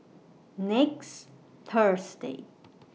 next Thursday